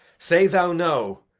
say thou no,